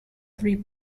three